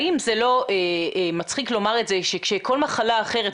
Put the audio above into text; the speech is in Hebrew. האם זה לא מצחיק לומר שבכל מחלה אחרת,